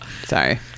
Sorry